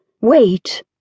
Wait